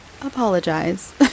apologize